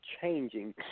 changing